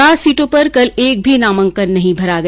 चार सीटों पर कल एक भी नामांकन नहीं भरा गया